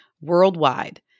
worldwide